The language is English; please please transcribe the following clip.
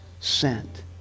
sent